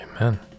amen